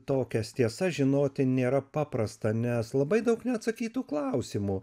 tokias tiesas žinoti nėra paprasta nes labai daug neatsakytų klausimų